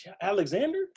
Alexander